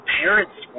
parents